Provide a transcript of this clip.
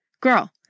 girl